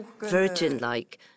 virgin-like